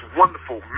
wonderful